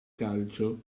calcio